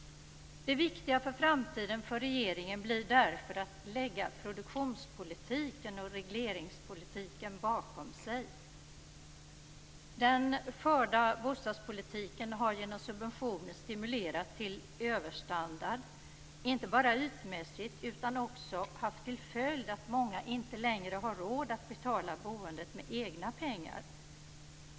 Det viktiga för regeringen i framtiden blir därför att lägga produktionspolitiken och regleringspolitiken bakom sig. Den förda bostadspolitiken har genom subventioner stimulerat till överstandard, och det gäller inte bara ytmässigt. Den har också haft till följd att många inte längre har råd att betala boendet med egna pengar.